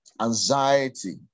anxiety